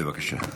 בבקשה.